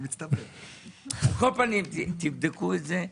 על כל פנים, תבדקו את זה.